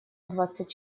двадцать